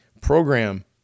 program